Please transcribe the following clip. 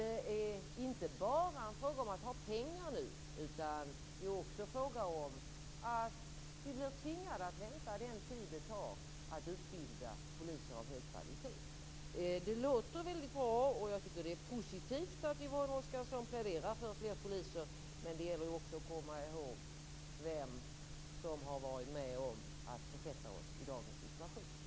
Det är inte bara en fråga om att ha pengar, utan det är också en fråga om att vi blir tvingade att vänta den tid det tar att utbilda poliser av hög kvalitet. Det låter väldigt bra, och jag tycker att det är positivt att Yvonne Oscarsson pläderar för fler poliser, men det gäller också att komma ihåg vem som har varit med om att försätta oss i dagens situation.